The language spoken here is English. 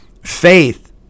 Faith